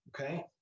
okay